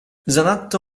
zanadto